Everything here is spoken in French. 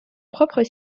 propre